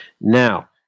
Now